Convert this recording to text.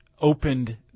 opened